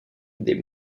des